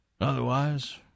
Otherwise